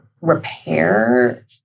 repair